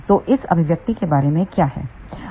तो इस अभिव्यक्ति के बारे में क्या है